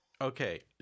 Okay